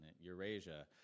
Eurasia